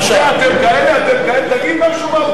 אתם כאלה, אתם כאלה, תגיד משהו מהותי.